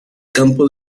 campo